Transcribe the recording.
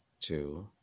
two